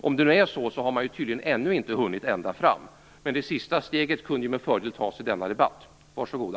Om det är så har man tydligen ännu inte hunnit ända fram. Men det sista steget kunde med fördel tas i denna debatt. Varsågoda!